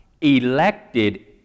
elected